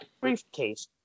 briefcase